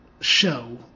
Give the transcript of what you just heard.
show